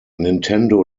nintendo